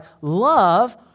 love